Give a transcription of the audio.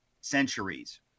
centuries